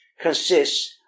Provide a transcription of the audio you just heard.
consists